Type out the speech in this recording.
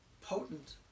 potent